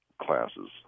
classes